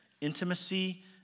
intimacy